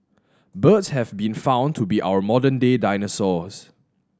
birds have been found to be our modern day dinosaurs